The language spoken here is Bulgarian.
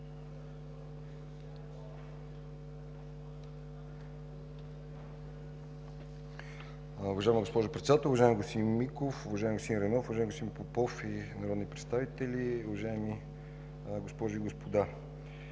Уважаема госпожо Председател! Уважаеми господин Миков, уважаеми господин Райнов, уважаеми господин Попов и народни представители, уважаеми госпожи и господа!